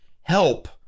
help